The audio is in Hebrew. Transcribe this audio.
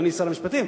אדוני שר המשפטים.